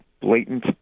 blatant